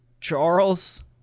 charles